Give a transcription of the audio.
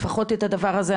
לפחות את הדבר הזה,